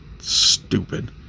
Stupid